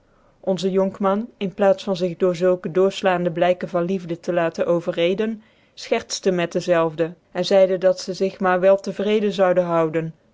onze jonkman in plaats van zich door zulke dooiflaandc blijken van liefde te laten overreden fchertftc met dezelve en zcide dat ze zich maar wel te vreeden zoude houden